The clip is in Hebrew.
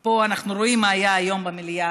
פה אנחנו רואים מה היה היום במליאה,